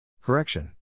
Correction